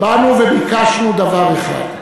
באנו וביקשנו דבר אחד: